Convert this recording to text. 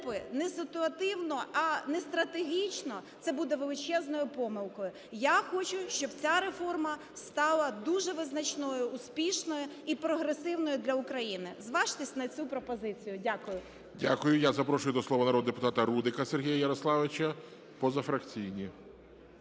не ситуативно, а нестратегічно, це буде величезною помилкою. Я хочу, щоб ця реформа стала дуже визначною, успішною і прогресивною для України. Зважтесь на цю пропозицію. Дякую. ГОЛОВУЮЧИЙ. Дякую. Я запрошую до слова Рудика Сергія Ярославовича, позафракційний.